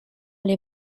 allé